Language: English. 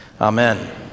Amen